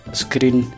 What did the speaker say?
screen